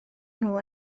nhw